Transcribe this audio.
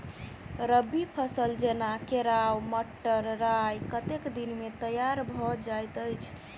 रबी फसल जेना केराव, मटर, राय कतेक दिन मे तैयार भँ जाइत अछि?